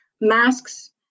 masks